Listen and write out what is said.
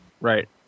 Right